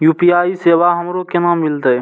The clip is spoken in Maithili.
यू.पी.आई सेवा हमरो केना मिलते?